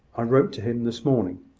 i wrote to him this morning.